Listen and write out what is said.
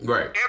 Right